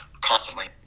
constantly